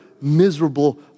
miserable